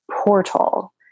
portal